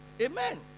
Amen